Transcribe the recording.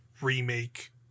remake